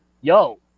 yo